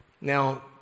Now